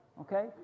okay